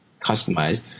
customized